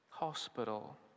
hospital